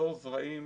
מחזור זרעים